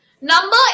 Number